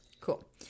Cool